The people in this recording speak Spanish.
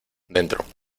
dentro